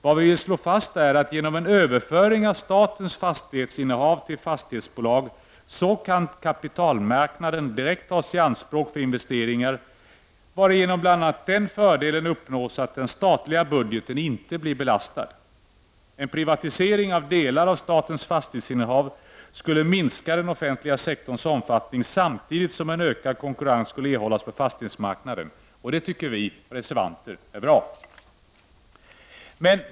Vad vi vill slå fast är att kapitalmarknaden, genom en överföring av statens fastighetsinnehav till fastighetsbolag, direkt kan tas i anspråk för investeringar, varigenom bl.a. den fördelen uppnås att den statliga budgeten inte blir belastad. En privatisering av delar av statens fastighetsinnehav skulle minska den offentliga sektorns omfattning, samtidigt som en ökad konkurrens skulle erhållas på fastighetsmarknaden. Och det tycker vi reservanter är bra.